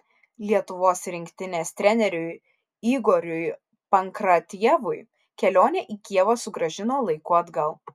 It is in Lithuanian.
lietuvos rinktinės treneriui igoriui pankratjevui kelionė į kijevą sugrąžino laiku atgal